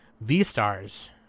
V-Stars